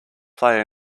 play